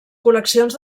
col·leccions